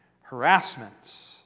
harassments